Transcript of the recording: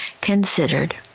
considered